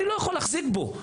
אני לא יכול להחזיק בו.